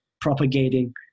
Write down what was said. propagating